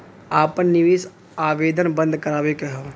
आपन निवेश आवेदन बन्द करावे के हौ?